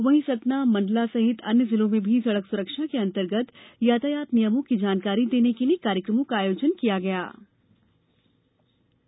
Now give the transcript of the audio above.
वहीं सतना मंडला सहित अन्य जिलों में भी सड़क सुरक्षा के अंतर्गत यातायात नियमों की जानकारी देने के लिये कार्यक्रमों का आयोजन किया जा रहा है